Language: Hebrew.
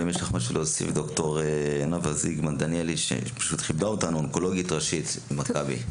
ד"ר נאוה זיגמן, דניאלי, אונקולוגית ראשית, מכבי.